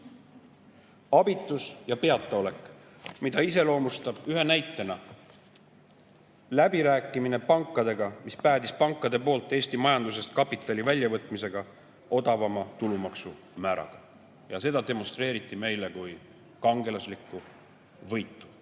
Abitus ja peataolek, mida iseloomustab ühe näitena läbirääkimine pankadega, mis päädis pankade poolt Eesti majandusest kapitali väljavõtmisega odavama tulumaksumääraga, ja seda demonstreeriti meile kui kangelaslikku võitu.